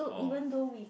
oh